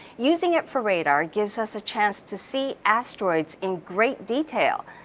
using it for radar gives us a chance to see asteroids in great detail.